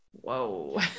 Whoa